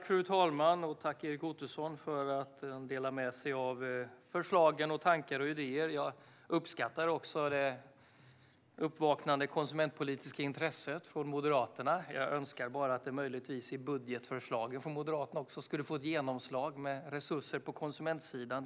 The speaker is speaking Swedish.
Fru talman! Tack, Erik Ottoson, för att du delar med dig av förslag, tankar och idéer! Jag uppskattar också det uppvaknande konsumentpolitiska intresset hos Moderaterna; jag önskar bara att det skulle få genomslag också i budgetförslagen från Moderaterna med resurser till konsumentsidan.